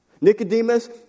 Nicodemus